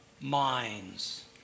minds